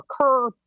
occur